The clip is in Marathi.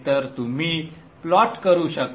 तर तुम्ही प्लॉट करू शकता